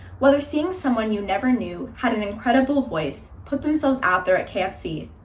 whether seeing someone you never knew had an incredible voice, put themselves out there at kfc,